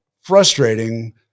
frustrating